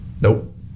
Nope